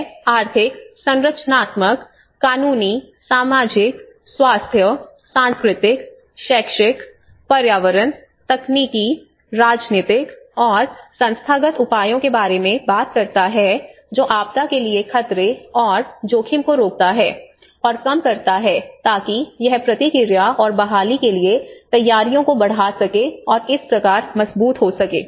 यह आर्थिक संरचनात्मक कानूनी सामाजिक स्वास्थ्य सांस्कृतिक शैक्षिक पर्यावरण तकनीकी राजनीतिक और संस्थागत उपायों के बारे में बात करता है जो आपदा के लिए खतरे और जोखिम को रोकता है और कम करता है ताकि यह प्रतिक्रिया और बहाली के लिए तैयारियों को बढ़ा सके और इस प्रकार मजबूत हो सके